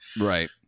right